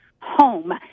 home